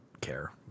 care